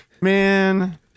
man